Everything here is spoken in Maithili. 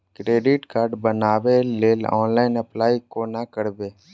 क्रेडिट कार्ड बनाबै लेल ऑनलाइन अप्लाई कोना करबै?